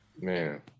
man